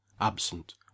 absent